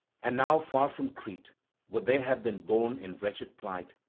and now far from crete would they have been borne in wretched plight,